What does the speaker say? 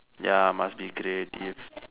ya must be creative